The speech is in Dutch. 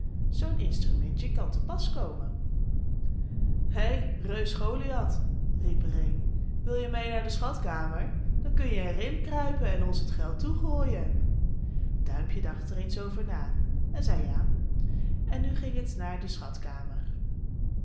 zoo'n instrumentje kan te pas komen hei reus goliath riep er een wil je meê naar de schatkamer dan kun je er inkruipen en ons het geld toegooien duimpje dacht er eens over en zei ja en nu ging het naar de